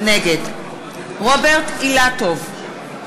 נגד רוברט אילטוב,